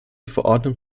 verordnung